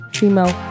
female